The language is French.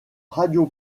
radio